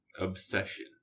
obsession